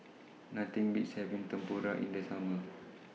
Nothing Beats having Tempura in The Summer